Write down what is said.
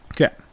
Okay